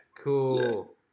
Cool